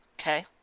Okay